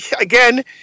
again